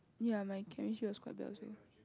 ya my chemistry was quite bad also